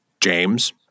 James